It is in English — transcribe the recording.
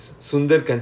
ya